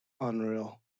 unreal